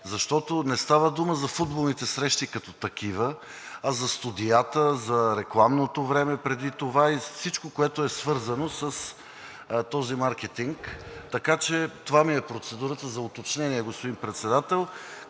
защото не става дума за футболните срещи като такива, а за студията, за рекламното време преди това и всичко, което е свързано с този маркетинг. Така че това е процедурата ми за уточнение, господин Председател